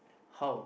how